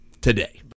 today